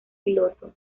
piloto